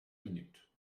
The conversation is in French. minutes